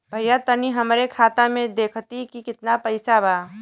भईया तनि हमरे खाता में देखती की कितना पइसा बा?